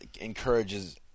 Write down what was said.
encourages